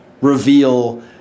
reveal